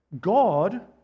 God